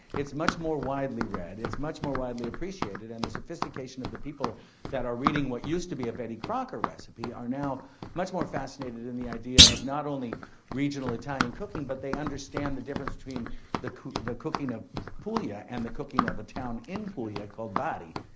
it's much more widely read. it's much more widely appreciated and the sophistication of the people that are reading what used to be a betty crocker recipe are now much more fascinated in the idea of not only regional italian cooking, but they understand the difference between the cooking of puglia and the cooking of a town in puglia called bari.